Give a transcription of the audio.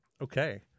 Okay